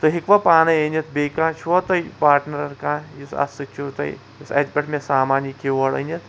تُہۍ ہیکۍوا پانے أنِتھ بیٚیہِ کانٛہہ چھُوا تۄہہِ پارٹنر کانٛہہ یُس اَتھ سۭتۍ چھُو تۄہہ یُس اَتہِ پٮ۪ٹھ سامان ہٮ۪کہِ یور أنِتھ